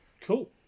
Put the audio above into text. Cool